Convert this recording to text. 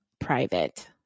private